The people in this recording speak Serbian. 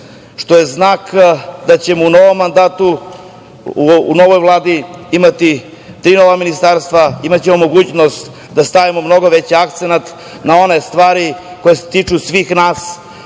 što je znak da ćemo u novom mandatu, u novoj Vladi imati tri nova ministarstva, imaćemo mogućnost da stavimo mnogo veći akcenat na one stvari koje se tiču svih nas